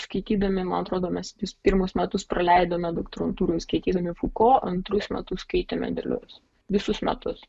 skaitydami man atrodo mes pirmus metus praleidome doktorantūroje skaitydami fuko antrus metus skaitėme delius visus metus